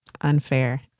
unfair